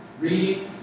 reading